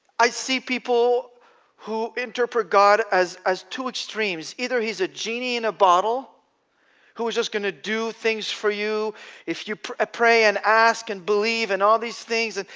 i see people who interpret god as as two extremes. either he's a genie in a bottle who is just going to do things for you if you pray and ask and believe and all these things. and